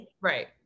Right